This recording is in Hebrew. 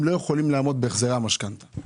הם לא יכולים לעמוד בהחזרי המשכנתה.